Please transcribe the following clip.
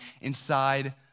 inside